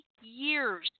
years